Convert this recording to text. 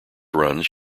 runs